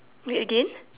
wait again